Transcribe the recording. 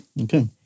Okay